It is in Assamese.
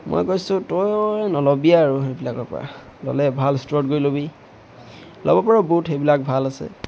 মই কৈছোঁ তই নল'বিয়ে আৰু সেইবিলাকৰপৰা ল'লে ভাল ষ্টৰত গৈ ল'বি ল'ব পাৰ ব'ট সেইবিলাক ভাল আছে